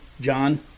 John